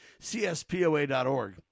cspoa.org